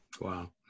Wow